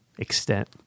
extent